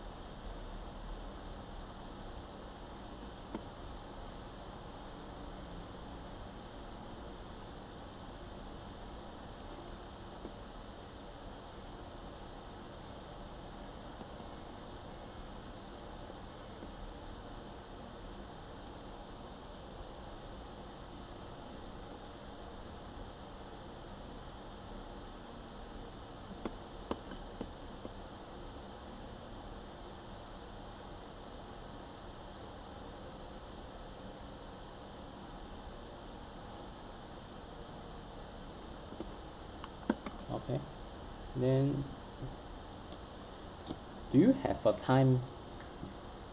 okay then do you have a time